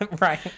right